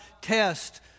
test